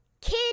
Kid